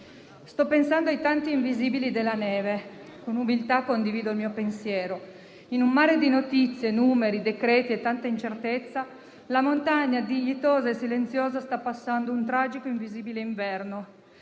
«Sto pensando ai tanti invisibili della neve e, con umiltà, condivido il mio pensiero. In un mare di notizie, numeri, decreti e tanta incertezza, la montagna, dignitosa e silenziosa, sta passando un tragico invisibile inverno.